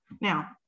Now